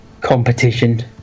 competition